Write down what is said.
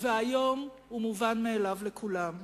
והיום הוא מובן מאליו לכולם.